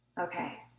Okay